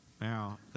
Now